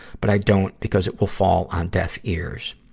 but i don't, because it will fall on deaf ears.